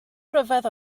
ryfedd